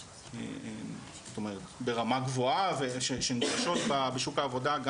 זאת אומרת ברמה גבוה ושנדרשות בשוק העבודה,